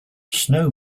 snow